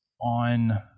on